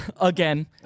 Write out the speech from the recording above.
Again